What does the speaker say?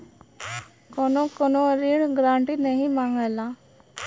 कउनो कउनो ऋण गारन्टी नाही मांगला